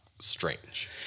strange